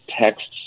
texts